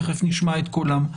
תכף נשמע את קולם.